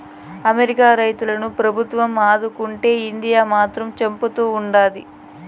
America రైతులను ప్రభుత్వం ఆదుకుంటే ఇండియా మాత్రం చంపుతా ఉండాది